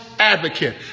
Advocate